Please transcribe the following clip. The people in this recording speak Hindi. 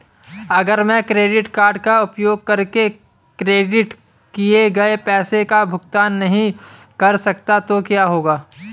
अगर मैं क्रेडिट कार्ड का उपयोग करके क्रेडिट किए गए पैसे का भुगतान नहीं कर सकता तो क्या होगा?